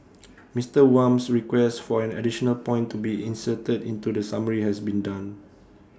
Mister Wham's request for an additional point to be inserted into the summary has been done